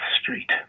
Street